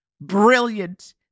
brilliant